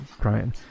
crying